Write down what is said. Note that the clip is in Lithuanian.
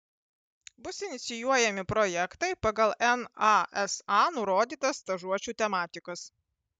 bus inicijuojami projektai pagal nasa nurodytas stažuočių tematikas